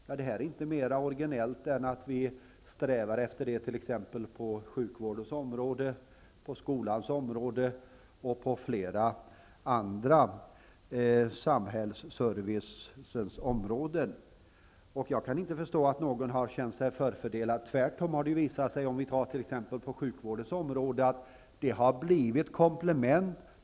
Men detta är inte mer originellt än att vi strävar efter detta på t.ex. sjukvårdens område, skolans område och på flera andra av samhällsservicens områden. Jag kan inte förstå att någon kan ha känt sig förfördelad. Tvärtom har det på t.ex. sjukvårdens område visat sig att det har blivit ett komplement.